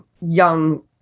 young